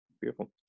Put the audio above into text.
Beautiful